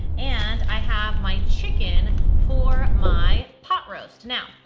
and i have my chicken for my pot roast. now,